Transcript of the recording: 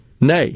nay